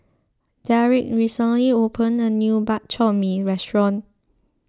Derick recently opened a new Bak Chor Mee restaurant